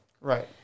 Right